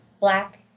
black